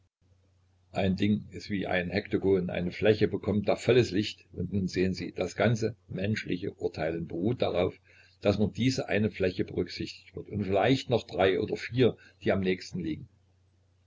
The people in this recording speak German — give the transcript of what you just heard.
ein ding ist wie ein hektogon nur eine fläche bekommt da volles licht und nun sehen sie das ganze menschliche urteilen beruht darauf daß nur diese eine fläche berücksichtigt wird und vielleicht noch drei oder vier die am nächsten liegen